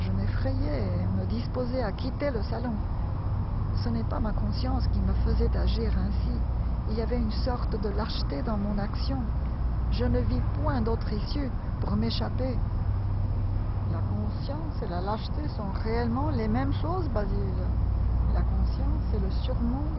et me disposai à quitter le salon ce n'est pas ma conscience qui me faisait agir ainsi il y avait une sorte de lâcheté dans mon action je ne vis point d'autre issue pour m'échapper la conscience et la lâcheté sont réellement les mêmes choses basil la conscience est le surnom